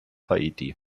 haiti